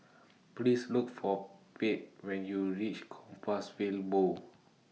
Please Look For Pate when YOU REACH Compassvale Bow